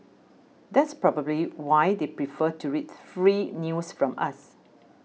that's probably why they prefer to read free news from us